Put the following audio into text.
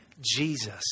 Jesus